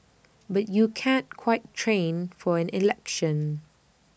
but you can't quite train for an election